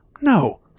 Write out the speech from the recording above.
no